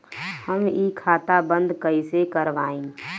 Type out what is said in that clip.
हम इ खाता बंद कइसे करवाई?